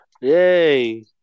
Yay